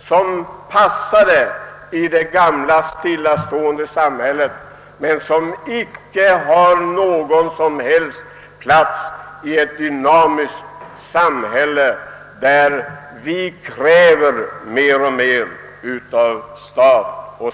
som passade i det gamla stillastående samhället men inte har någon som helst plats i ett dynamiskt samhälle, där vi begär mer och mer av staten.